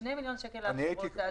שני מיליון שקל להכשרות.